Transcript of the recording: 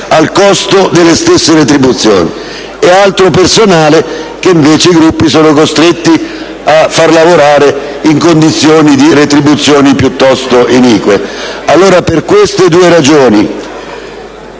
al costo delle stesse retribuzioni e altro personale che invece essi sono costretti a far lavorare in condizioni di retribuzione piuttosto inique. Per queste due ragioni,